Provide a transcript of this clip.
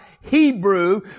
Hebrew